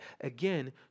again